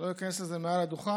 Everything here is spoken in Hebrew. אני לא איכנס לזה מעל הדוכן.